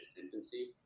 infancy